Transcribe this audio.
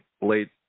late